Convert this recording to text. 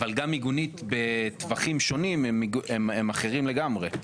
אבל גם מיגונית בטווחים שונים הם אחרים לגמרי.